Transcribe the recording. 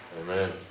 Amen